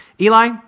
Eli